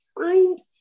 find